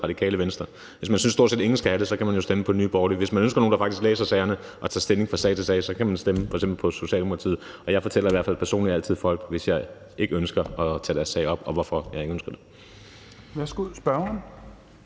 Radikale Venstre. Hvis man synes, at stort set ingen skal have det, kan man jo stemme på Nye Borgerlige. Hvis man ønsker nogen, der faktisk læser sagerne og tager stilling fra sag til sag, så kan man stemme på f.eks. Socialdemokratiet. Jeg fortæller i hvert fald personligt altid folk, hvis jeg ikke ønsker at tage deres sag op, hvorfor jeg ikke ønsker det.